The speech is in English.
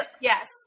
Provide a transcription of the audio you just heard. yes